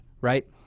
right